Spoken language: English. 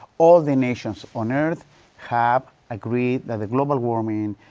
all the nations on earth have agreed that the global warming,